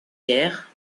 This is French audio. guerre